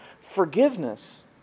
Forgiveness